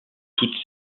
toutes